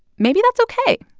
maybe that's ok.